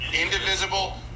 indivisible